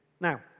Now